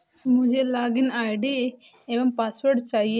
मुझें login ID एवं password चाहिए